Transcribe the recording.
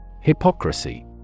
Hypocrisy